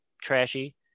trashy